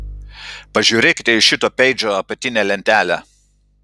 pažiūrėkite į šito peidžo apatinę lentelę